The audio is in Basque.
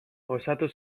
osatu